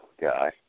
guy